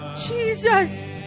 jesus